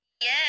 Yes